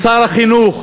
משר החינוך,